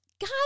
God